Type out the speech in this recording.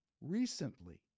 Recently